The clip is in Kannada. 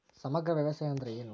ಸಮಗ್ರ ವ್ಯವಸಾಯ ಅಂದ್ರ ಏನು?